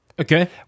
okay